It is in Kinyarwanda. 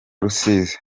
rusizi